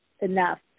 enough